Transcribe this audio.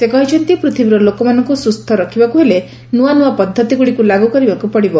ସେ କହିଛନ୍ତି ପୃଥିବୀର ଲୋକମାନଙ୍କୁ ସୁସ୍ଥ ରଖିବାକୁ ହେଲେ ନୂଆ ନୂଆ ପଦ୍ଧତିଗୁଡ଼ିକୁ ଲାଗୁ କରିବାକୁ ପଡିବ